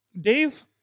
Dave